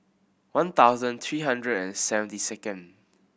one thousand three hundred and seventy second